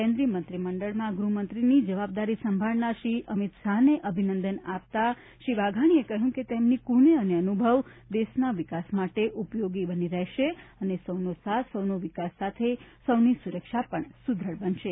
કેન્દ્રીય મંત્રીમંડળમાં ગ્રહમંત્રીની જવાબદારી સંભાળનાર શ્રી અમિત શાહને અભિનંદન આપતા શ્રી વાઘાણી એ કહ્યું કે તેમની કુનેહ અને અનુભવ દેશના વિકાસ માટે ઉપયોગી બની રહેશે અને સૌનો સાથ સૌનો વિકાસ સાથે સૌની સુરક્ષા પણ સુદેઢ બનશે